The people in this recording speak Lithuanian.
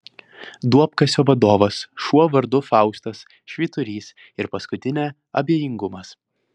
duobkasio vadovas šuo vardu faustas švyturys ir paskutinė abejingumas